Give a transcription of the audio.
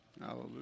Hallelujah